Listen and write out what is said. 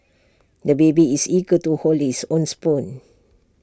the baby is eager to hold his own spoon